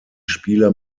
spieler